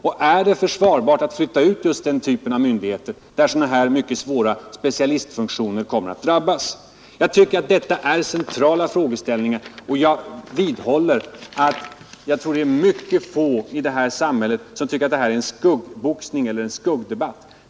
Och är det försvarbart att flytta ut just den typ av myndigheter där mycket kvalificerade specialistfunktioner kommer att drabbas av utflyttningen? Detta är centrala frågeställningar, och jag vidhåller att det nog är mycket få i vårt samhälle som tycker att det här är en skuggboxning eller en skuggdebatt.